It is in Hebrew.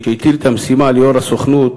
שהטיל את המשימה על יו"ר הסוכנות,